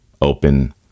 open